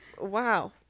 wow